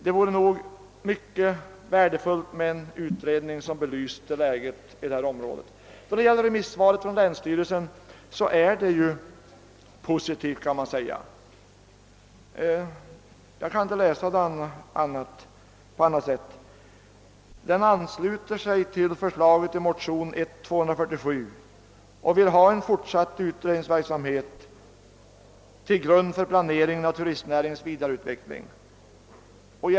Det skulle vara mycket värdefullt att få en utredning som belyser läget inom detta område. Länsstyrelsens remissyttrande kan sägas vara positivt. Jag kan inte läsa det på annat sätt. Det ansluter sig till för slaget i motionen I: 247 om en fortsatt utredningsverksamhet till grund för planering av turistnäringens vidareutveckling.